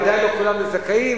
ודאי לא כולן לזכאים,